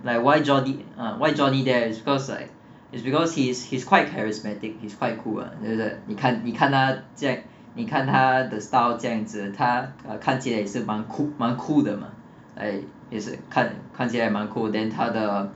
like why johnny uh why johnny depp is because like it's because he's he's quite charismatic he is quite cool ah 觉得你看你看他这样你看他的 style 这样子他看起来也是蛮 cool 蛮 cool 的 mah ah 也是看起来看起来蛮 cool then 他的